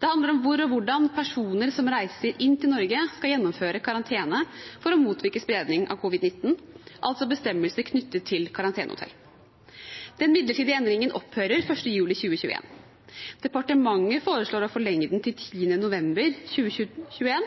Det handler om hvor og hvordan personer som reiser inn til Norge, skal gjennomføre karantene for å motvirke spredning av covid-19, altså bestemmelsene knyttet til karantenehotell. Den midlertidige endringen opphører 1. juli 2021. Departementet foreslår å forlenge den til 10. november 2021.